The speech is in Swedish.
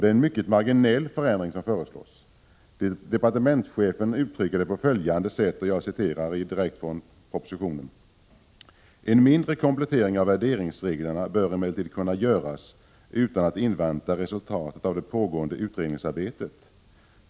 Det är en mycket marginell förändring som föreslås. Departementschefen uttrycker det på följande sätt: ”En mindre komplettering av värderingsreglerna bör emellertid kunna göras utan att invänta resultatet av det pågående utredningsarbetet.